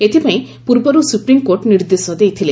ଏଥିପାଇଁ ପୂର୍ବରୁ ସୁପ୍ରିମକୋର୍ଟ ନିର୍ଦ୍ଦେଶ ଦେଇଥିଲେ